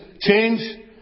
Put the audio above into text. change